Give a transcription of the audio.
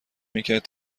میکرد